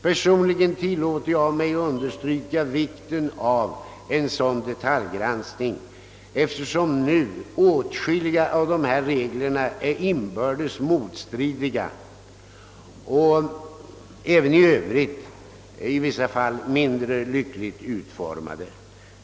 Personligen tillåter jag mig understryka vikten av en sådan detaljgranskning, eftersom åtskilliga av dessa regler nu är inbördes motstridiga och även för övrigt i vissa fall mindre lyckligt utformade.